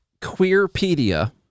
queerpedia